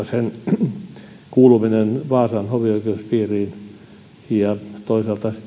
sen kuuluminen vaasan hovioikeuspiiriin ja toisaalta